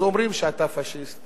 אז אומרים שאתה פאשיסט